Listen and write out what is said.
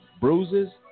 bruises